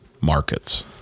markets